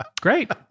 great